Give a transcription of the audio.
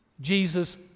Jesus